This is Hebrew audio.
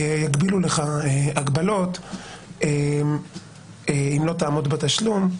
יגבילו לך הגבלות אם לא תעמוד בתשלום.